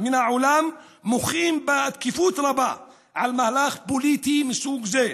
מן העולם מוחים בתקיפות רבה על מהלך פוליטי מסוג זה.